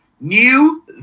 new